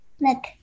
Look